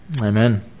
Amen